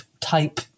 type